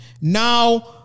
Now